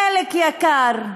חלק יקר,